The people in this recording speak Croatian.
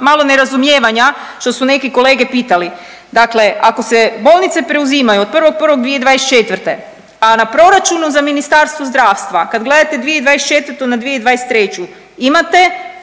malo nerazumijevanja što su neki kolege pitali, dakle ako se bolnice preuzimaju od 1.1.2024., a na proračunu za Ministarstvo zdravstva kad gledate 2024. na 2023. imate